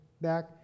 back